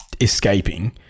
escaping